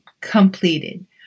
completed